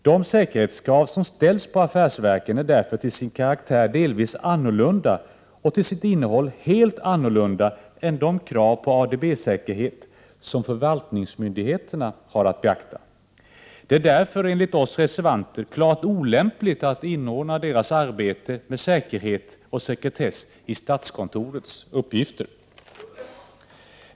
De säkerhetskrav som ställs på affärsverken är därför till sin karaktär delvis annorlunda och i sitt innehåll helt annorlunda än de krav på ADB-säkerhet som förvaltningsmyndigheter har att beakta. Det är därför enligt oss reservanter klart olämpligt att inordna deras arbete med säkerhet och sekretess i statskontorets uppgifter.